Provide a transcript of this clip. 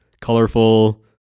colorful